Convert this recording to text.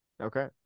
Okay